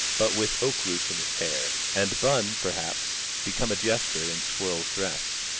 but with oak-roots in his hair, and bun, perhaps, become a jester in squirrel's dress.